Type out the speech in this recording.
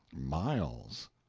miles.